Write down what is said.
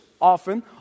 often